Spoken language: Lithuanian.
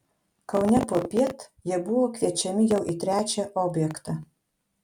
kaune popiet jie buvo kviečiami jau į trečią objektą